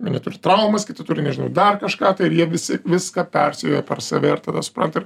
net ir traumas kiti turi nežinau dar kažką tai ir jie visi viską persijoja per save ir tada supranta ir